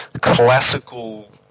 classical